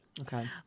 Okay